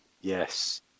yes